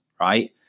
right